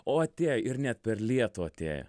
o tie ir net per lietų atėję